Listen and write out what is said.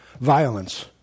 violence